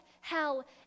hell